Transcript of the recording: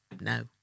No